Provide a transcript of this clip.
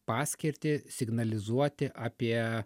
paskirtį signalizuoti apie